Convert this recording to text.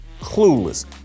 clueless